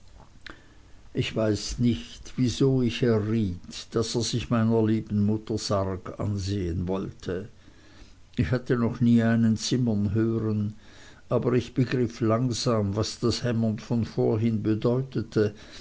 ich weiß nicht wieso ich erriet daß er sich meiner lieben mutter sarg ansehen wollte ich hatte noch nie einen zimmern hören aber ich begriff langsam was das hämmern von vorhin bedeutete